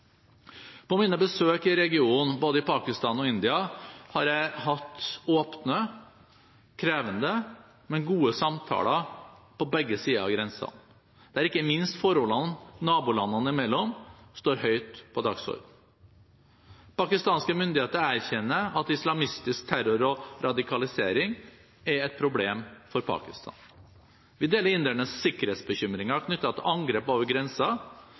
På mine besøk i regionen, både i Pakistan og i India, har jeg hatt åpne, krevende, men gode samtaler på begge sider av grensen, der ikke minst forholdene nabolandene imellom står høyt på dagsordenen. Pakistanske myndigheter erkjenner at islamistisk terror og radikalisering er et problem for Pakistan. Vi deler indernes sikkerhetsbekymringer knyttet til angrep over